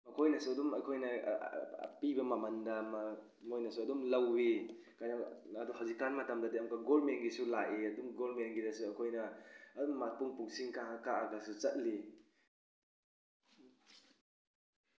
ꯑꯩꯈꯣꯏꯅꯁꯨ ꯑꯗꯨꯝ ꯑꯩꯈꯣꯏꯅ ꯄꯤꯕ ꯃꯃꯜꯗ ꯃꯣꯏꯅꯁꯨ ꯑꯗꯨꯝ ꯂꯧꯋꯤ ꯑꯗꯨ ꯍꯧꯖꯤꯛ ꯀꯥꯜ ꯃꯇꯝꯗꯗꯤ ꯑꯃꯨꯛꯀ ꯒꯣꯔꯃꯦꯟꯒꯤꯁꯨ ꯂꯥꯛꯏ ꯑꯗꯨꯝ ꯒꯣꯔꯃꯦꯟꯒꯤꯗꯁꯨ ꯑꯩꯈꯣꯏꯅ ꯑꯗꯨꯝ ꯃꯇꯝ ꯄꯨꯡꯁꯤꯡ ꯀꯛꯂ ꯀꯛꯂꯒꯁꯨ ꯆꯠꯂꯤ